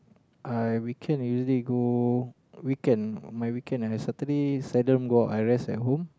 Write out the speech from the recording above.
I weekend usually go weekend my weekend my Saturday seldom go out I rest at home